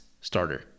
starter